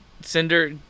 Cinder